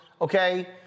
Okay